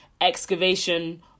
excavation